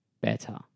better